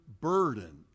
Burden